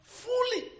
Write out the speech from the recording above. fully